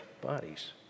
bodies